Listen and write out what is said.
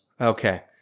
Okay